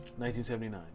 1979